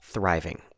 thriving